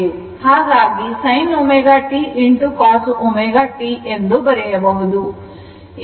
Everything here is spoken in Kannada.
ಹಾಗಾಗಿ sin ω t cos ω t ಎಂದು ಬರೆಯಬಹುದು